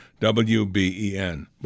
WBEN